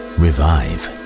revive